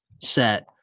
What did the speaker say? set